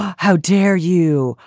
how dare you?